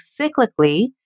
cyclically